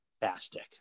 fantastic